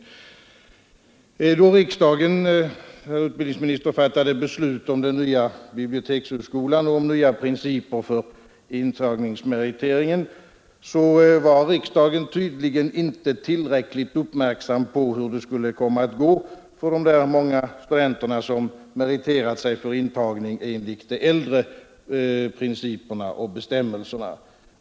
Då riksdagen fattade beslut om den nya bibliotekshögskolan och om nya principer för intagningsmeriteringen var riksdagen tydligen inte tillräckligt uppmärksam på hur det skulle komma att gå för de många studenter som meriterat sig för intagning enligt de äldre principerna och bestämmelserna.